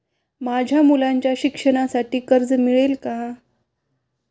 माझ्या मुलाच्या शिक्षणासाठी कर्ज मिळेल काय?